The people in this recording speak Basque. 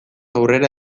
aurrera